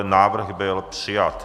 Návrh byl přijat.